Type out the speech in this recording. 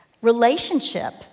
Relationship